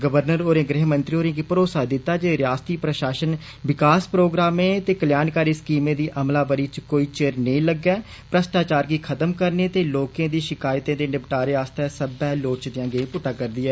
governor होरें गृहमंत्री होरें गी भरोसा दिता जे रियासती प्रशासन विकास प्रोग्रामें दी ते कल्याणकारी स्कीमें दी अमलावरी च कोई चिर नेईं लग्गै भष्टाचार गी खतम करने ते लोकें दी शिकायतें दे निपटारे आस्तै सब्बै लोड़चदियां गेईं पुट्टा करदी ऐ